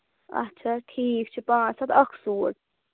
اچھا ٹھیٖک چھُ پانٛژھ ہَتھ اَکھ سوٗٹ